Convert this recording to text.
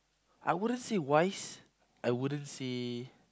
I wouldn't say wise I wouldn't say